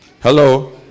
Hello